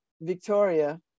Victoria